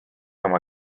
oma